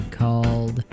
called